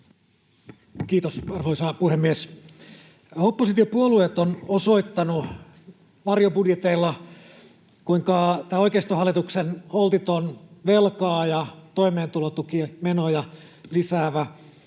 Kiitos, arvoisa puhemies! Oppositiopuolueet ovat osoittaneet varjobudjeteilla, kuinka tämä oikeistohallituksen holtiton velkaa ja toimeentulotukimenoja lisäävä